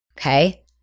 Okay